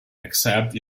except